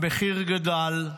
המחיר גדל,